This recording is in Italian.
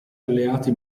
alleati